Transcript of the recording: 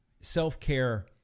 self-care